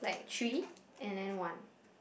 like three and then one